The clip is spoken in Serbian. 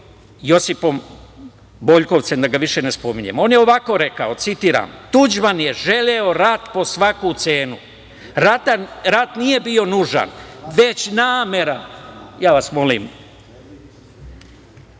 Josipom Boljkovcem, da ga više ne spominjem, on je ovako rekao, citiram: „Tuđman je želeo rat po svaku cenu, rat nije bio nužan, već namera. Po Tuđmanovom